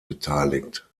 beteiligt